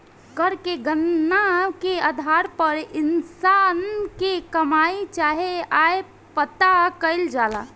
कर के गणना के आधार पर इंसान के कमाई चाहे आय पता कईल जाला